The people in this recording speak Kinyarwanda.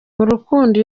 rukundo